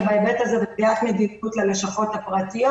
ובהיבט הזה --- ללשכות הפרטיות,